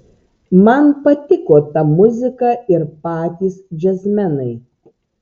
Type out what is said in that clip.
man patiko ta muzika ir patys džiazmenai